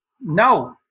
No